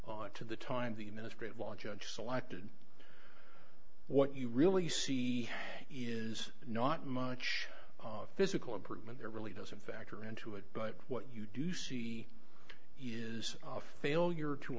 on to the time the administrative law judge selected what you really see is not much physical improvement there really doesn't factor into it but what you do see is a failure to